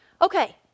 Okay